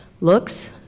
looks